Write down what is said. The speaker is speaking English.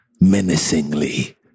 menacingly